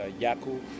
Yaku